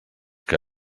que